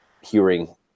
hearing